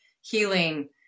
healing